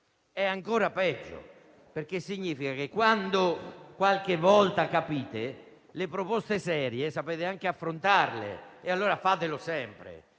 è ancora peggio, perché significa che qualche volta, quando capite, le proposte serie sapete anche affrontarle. Allora fatelo sempre,